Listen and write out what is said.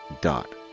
dot